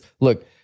look